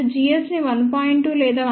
2 లేదా 1